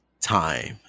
Time